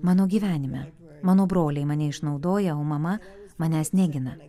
mano gyvenime mano broliai mane išnaudoja o mama manęs negina